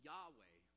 Yahweh